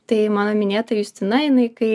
tai mano minėta justina jinai kai